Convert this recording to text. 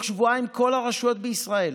ותוך שבועיים כל הרשויות בישראל,